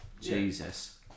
Jesus